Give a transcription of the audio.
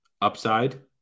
upside